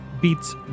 Beats